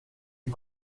est